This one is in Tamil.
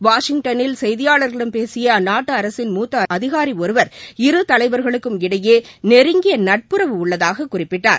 வாஷிங்டளில் செய்தியாளர்களிடம் பேசிய அந்நாட்டு அரசின் மூத்த அதிகாரி ஒருவர் இரு தலைவர்களுக்கு இடையே நெருங்கிய நட்புறவு உள்ளதாக குறிப்பிட்டார்